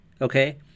okay